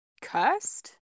cursed